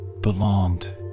belonged